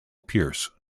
pierce